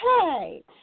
hey